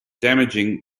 damaging